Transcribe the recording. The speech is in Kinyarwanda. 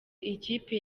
ikipe